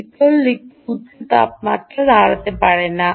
শীতল দিকটি উচ্চ তাপমাত্রা দাঁড়াতে পারে না